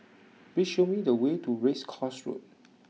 please show me the way to Race Course Road